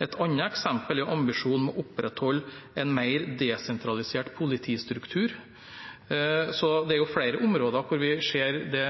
Et annet eksempel er ambisjonen om å opprettholde en mer desentralisert politistruktur. Så det er flere områder der vi ser det